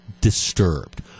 disturbed